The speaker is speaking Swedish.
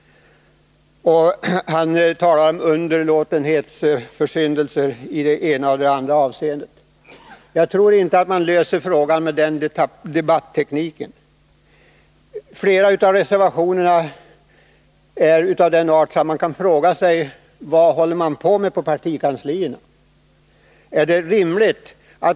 Han talade om underlåtenhetssynder i det ena och det andra avseendet. Jag tror inte att man löser frågan med den debattekniken. Flera av reservationerna är av den arten att man måste fråga sig: Vad håller de på med på partikanslierna?